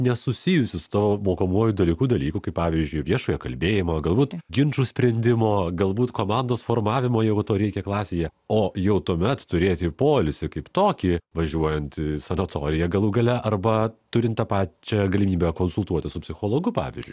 nesusijusius to mokomuoju dalyku dalykų kaip pavyzdžiui viešojo kalbėjimo galbūt ginčų sprendimo galbūt komandos formavimo jeigu to reikia klasėje o jau tuomet turėti poilsį kaip tokį važiuojant į sanatoriją galų gale arba turint pačią galimybę konsultuotis su psichologu pavyzdžiui